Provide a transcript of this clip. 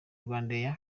rwandair